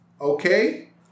okay